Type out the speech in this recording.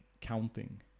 counting